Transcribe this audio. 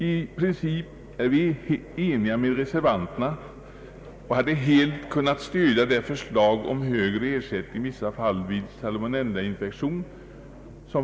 I princip är vi eniga med reservanterna och hade helt kunnat stödja veterinärstyrelsens förslag om högre ersättning i vissa fall vid salmonellainfektion.